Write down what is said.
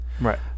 Right